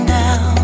now